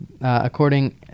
According